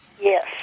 Yes